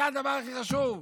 זה הדבר הכי חשוב?